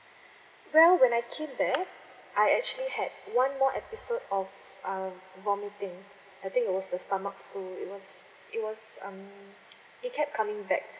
well when I came back I actually had one more episode of uh vomiting I think it was the stomach flu it was it was um it kept coming back